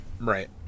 Right